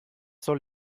soll